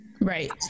Right